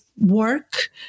work